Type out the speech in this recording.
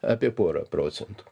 apie porą procentų